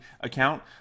account